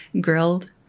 grilled